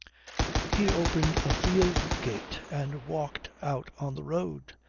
he opened a field-gate and walked out on the road.